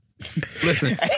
Listen